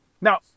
Now